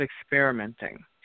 experimenting